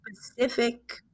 specific